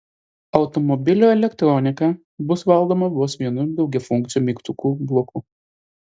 automobilio elektronika bus valdoma vos vienu daugiafunkciu mygtukų bloku